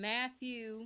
Matthew